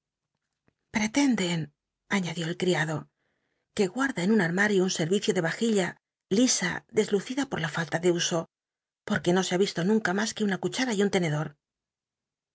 pretenden aííadió el criado que guat la en un armario un serl'icio de mjilla lisa deslucida por falta de uso porque no se ha visto mmca mas que una cuchara y un lenedoi